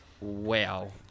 wow